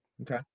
okay